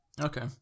okay